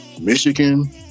Michigan